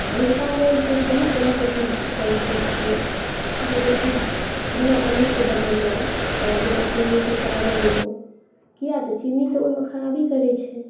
तऽ हुनका लेल छै बहुत तरहके चीज बनाबै छियै जेनाकि बिना आलूके बनेलहुॅं तकर बाद बिना चीनीके चाय बनेलहुॅं किया तऽ चीनी तऽ ओहिमे खराबी करै छै